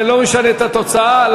לא משנה את התוצאה.